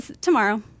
Tomorrow